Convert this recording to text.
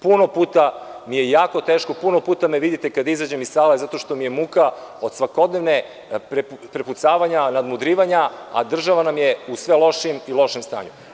Puno puta mi je jako teško, puno puta me vidite kada izađem iz sale zato što mi je muka od svakodnevnog prepucavanja, nadmudrivanja, a država nam je u sve lošijem i lošem stanju.